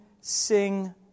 sing